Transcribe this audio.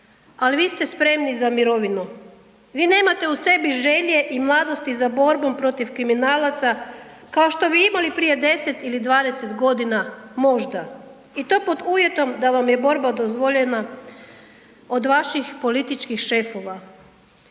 ali vi ste spremni za mirovinu, vi nemate u sebi želje i mladosti za borbom protiv kriminalaca kao što bi imali prije 10 ili 20 godina, možda i to pod uvjetom da vam je borba dozvoljena od vaših političkih šefova.